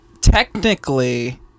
Technically